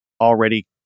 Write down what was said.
already